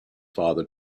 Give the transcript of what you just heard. father